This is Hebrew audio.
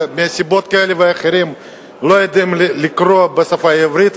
שמסיבות כאלה ואחרות לא יודעים לקרוא בשפה העברית,